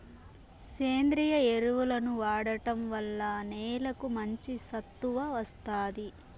సేంద్రీయ ఎరువులను వాడటం వల్ల నేలకు మంచి సత్తువ వస్తాది